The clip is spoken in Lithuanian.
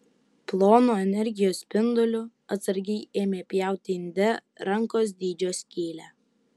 plonu energijos spinduliu atsargiai ėmė pjauti inde rankos dydžio skylę